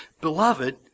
Beloved